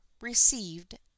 received